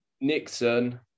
Nixon